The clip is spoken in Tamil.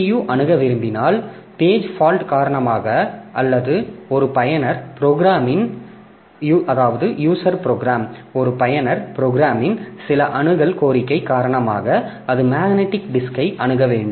CPU அணுக விரும்பினால் பேஜ் ஃபால்ட் காரணமாக அல்லது ஒரு பயனர் ப்ரோக்ராமின் சில அணுகல் கோரிக்கை காரணமாக அது மேக்னெட்டிக் டிஸ்கை அணுக வேண்டும்